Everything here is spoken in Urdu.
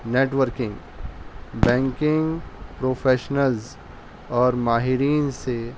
نیٹورکنگ بینکنگ پروفیشنلز اور ماہرین سے